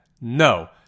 No